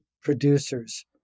producers